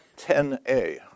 10a